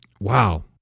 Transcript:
wow